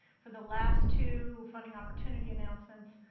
for the last two funding opportunity announcements,